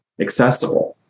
accessible